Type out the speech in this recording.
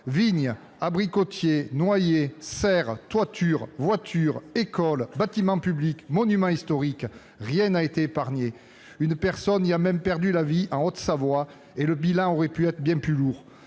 vignes, abricotiers, noyers, serres, toitures, voitures, écoles, bâtiments publics, monuments historiques, rien n'a été épargné. Une personne a même perdu la vie en Haute-Savoie, et le bilan aurait pu être bien plus lourd.